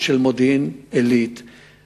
של אירוע